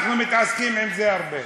אנחנו מתעסקים עם זה הרבה.